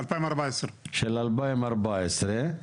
2014. של 2014,